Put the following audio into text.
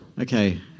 Okay